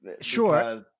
Sure